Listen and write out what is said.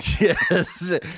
Yes